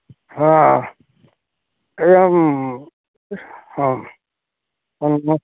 ହଁ ହେଲେ ଆମ ହଁ କ'ଣ କୁହ